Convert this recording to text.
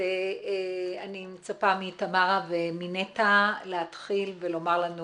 אני מצפה מתמרה ומנטע להתחיל ולומר לנו